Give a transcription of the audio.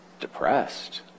depressed